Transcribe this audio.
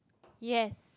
yes